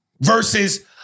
Versus